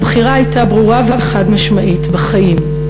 הבחירה הייתה ברורה וחד-משמעית, בחיים.